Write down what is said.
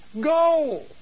go